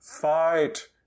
fight